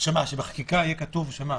מה יהיה כתוב בחקיקה?